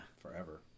Forever